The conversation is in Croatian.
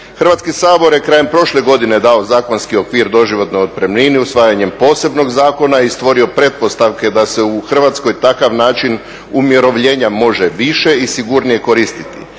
Hrvatski sabor je krajem prošle godine dao zakonski okvir doživotne otpremnine usvajanjem posebnog zakona i stvorio pretpostavke da se u Hrvatskoj takav način umirovljenja može više i sigurnije koristiti.